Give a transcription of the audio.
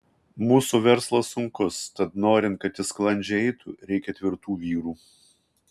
mūsų verslas sunkus tad norint kad jis sklandžiai eitų reikia tvirtų vyrų